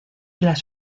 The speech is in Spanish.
las